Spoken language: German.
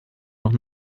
noch